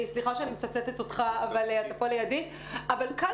סליחה שאני מצטטת אותך אבל אתה פה לידי קל